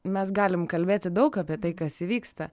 mes galim kalbėti daug apie tai kas įvyksta